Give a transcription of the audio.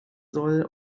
soll